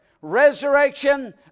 resurrection